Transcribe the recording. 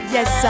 Yes